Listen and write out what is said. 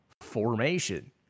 formation